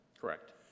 correct